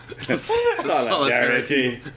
Solidarity